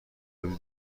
ورودی